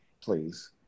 Please